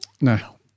no